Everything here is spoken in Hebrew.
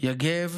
יגב